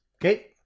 Okay